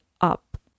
up